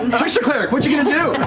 trickster cleric, what you going to do?